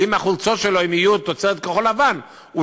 ואם החולצות שלו יהיו תוצרת כחול-לבן הוא